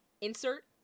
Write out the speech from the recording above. insert